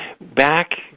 Back